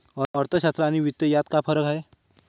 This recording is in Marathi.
अर्थशास्त्र आणि वित्त यात काय फरक आहे